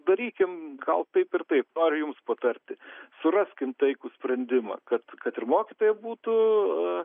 darykim gal taip ir taip noriu jums patarti suraskim taikų sprendimą kad kad ir mokytojai būtų